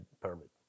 permit